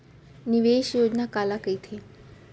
निवेश योजना काला कहिथे?